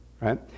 right